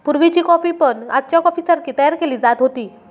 पुर्वीची कॉफी पण आजच्या कॉफीसारखी तयार केली जात होती